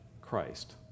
Christ